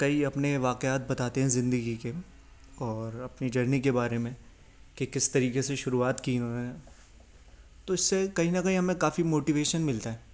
کئی اپنے واقعات بتاتے ہیں زندگی کے اور اپنی جرنی کے بارے میں کہ کس طریقے سے شروعات کی انہوں نے تو اس سے کہیں نہ کہیں ہمیں کافی موٹیویشن ملتا ہے